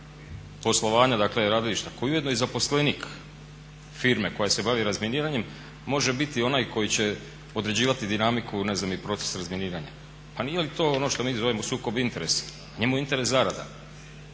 poslovanja dakle radilišta koji je ujedno i zaposlenik firme koja se bavi razminiranjem može biti onaj koji će određivati dinamiku i ne znam, proces razminiranja. Pa nije li to ono što mi zovemo sukob interesa, pa njemu je interes zarada